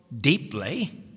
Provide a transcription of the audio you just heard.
deeply